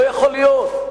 לא יכול להיות.